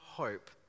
hope